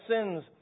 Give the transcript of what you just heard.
sins